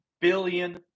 billion